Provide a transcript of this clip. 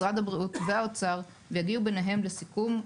משרד הבריאות והאוצר ויגיעו ביניהם לסיכום.